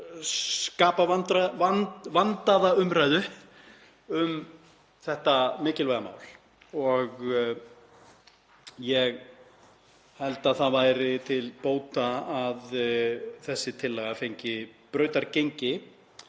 skapa vandaða umræðu um þetta mikilvæga mál og ég held að það væri til bóta að þessi tillaga fengi brautargengi.